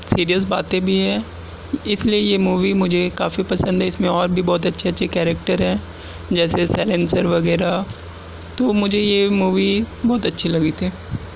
serious باتیں بھی ہیں اس لئے یہ مووی مجھے کافی پسند ہے اس میں اور بھی بہت اچھے اچھے کیریکٹر ہیں جیسے سیلینسر وغیرہ تو مجھے یہ مووی بہت اچھی لگی تھی